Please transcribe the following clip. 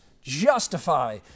Justify